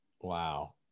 wow